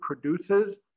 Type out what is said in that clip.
produces